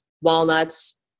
walnuts